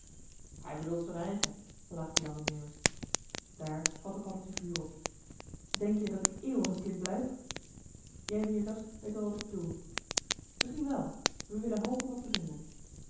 hij bedoelt z'n eigen plaagde lange meeuwis daar vatte paddeltje vuur op denk-je dat ik eeuwig een kind blijf jij veritas weet wel wat ik bedoel misschien wel we willen hopen wat te vinden